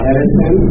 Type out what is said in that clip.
Edison